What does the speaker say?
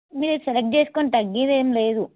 మీరు సెలెక్ట్ చేసుకోండి తగ్గేది ఏమి లేదు